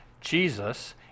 Jesus